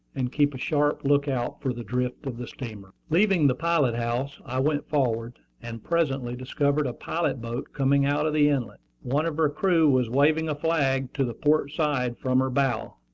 and keep a sharp lookout for the drift of the steamer. leaving the pilot-house, i went forward, and presently discovered a pilot-boat coming out of the inlet. one of her crew was waving a flag to the port side from her bow.